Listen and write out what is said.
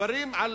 המספרים על